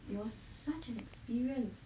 it was such an experience